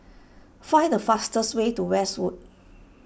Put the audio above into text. find the fastest way to Westwood